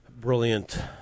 brilliant